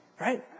Right